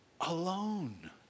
alone